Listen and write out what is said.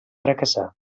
fracassà